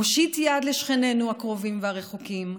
מושיט יד לשכנינו הקרובים והרחוקים,